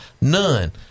None